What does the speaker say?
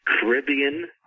Caribbean